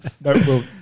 No